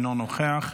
אינו נוכח,